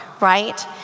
right